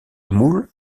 moule